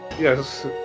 Yes